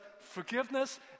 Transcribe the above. forgiveness